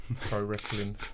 Pro-wrestling